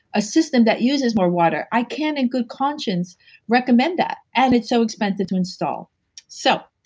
a system that uses more water. i can't in good conscious recommend that, and it's so expensive to install so,